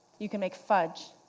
you can make fudge.